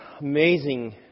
amazing